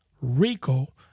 Rico